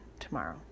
tomorrow